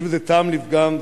יש בזה טעם לפגם.